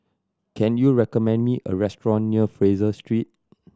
can you recommend me a restaurant near Fraser Street